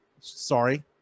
Sorry